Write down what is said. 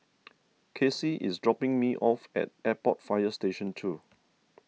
Kacy is dropping me off at Airport Fire Station two